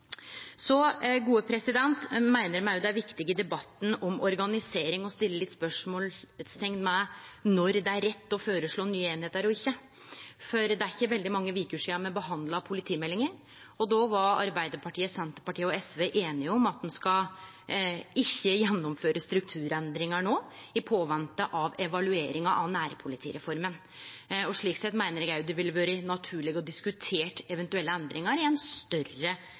Så meiner me det òg er viktig i debatten om organisering å setje spørsmålsteikn ved når det er rett å føreslå nye einingar og ikkje. For det er ikkje veldig mange veker sidan me behandla politimeldinga, og då var Arbeidarpartiet, Senterpartiet og SV einige om at ein ikkje skal gjennomføre strukturendringar no mens ein ventar på evalueringa av nærpolitireforma. Slik sett meiner eg det ville vore naturleg å diskutere eventuelle endringar i ein større